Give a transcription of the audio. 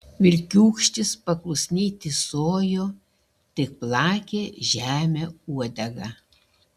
vilkiūkštis paklusniai tysojo tik plakė žemę uodegą